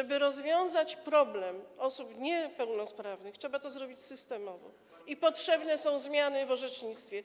aby rozwiązać problem osób niepełnosprawnych, trzeba to zrobić systemowo i potrzebne są zmiany w orzecznictwie.